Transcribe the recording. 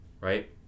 right